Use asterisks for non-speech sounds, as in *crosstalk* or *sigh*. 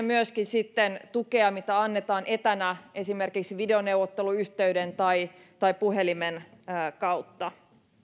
*unintelligible* myöskin sitten tukea mitä annetaan etänä esimerkiksi videoneuvotteluyhteyden tai tai puhelimen kautta